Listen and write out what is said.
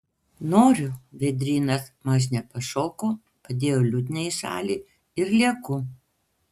noriu vėdrynas mažne pašoko padėjo liutnią į šalį ir lieku